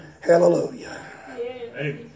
Hallelujah